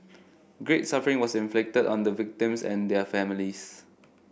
great suffering was inflicted on the victims and their families